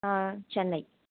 ஆ Chennai